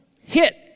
hit